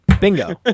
Bingo